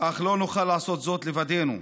אך לא נוכל לעשות זאת לבדנו.